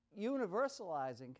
universalizing